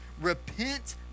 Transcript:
repent